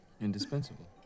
Indispensable